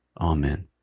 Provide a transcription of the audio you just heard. Amen